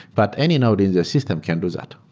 but any node in the system can do that.